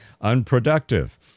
unproductive